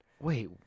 wait